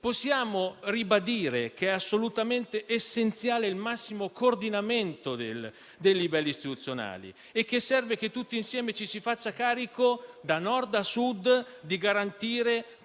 Possiamo ribadire che è assolutamente essenziale il massimo coordinamento dei livelli istituzionali e che serve che tutti insieme ci si faccia carico, da Nord a Sud, di garantire